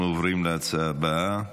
אנחנו עוברים להצעה הבאה,